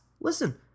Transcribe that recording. listen